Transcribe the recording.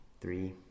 three